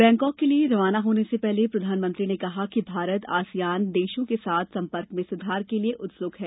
Bangkok के लिए रवाना होने से पहले प्रधानमंत्री ने कहा कि भारत आसियान देशों के साथ संपर्क में सुधार के लिए उत्सुक है